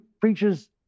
preaches